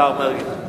השר מרגי.